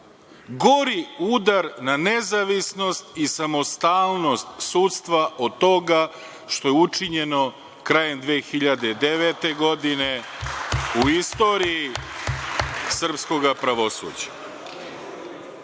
gori udar na nezavisnost i samostalnost sudstva od toga što je učinjeno krajem 2009. godine u istoriji srpskog pravosuđa?